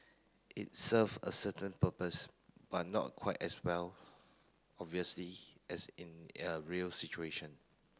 it serve a certain purpose but not quite as well obviously as in a real situation